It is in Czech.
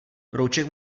brouček